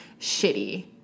shitty